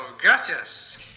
Gracias